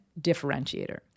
differentiator